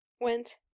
went